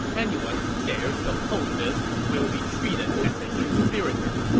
anyone who dares to oppose this will be treated as a conspirator!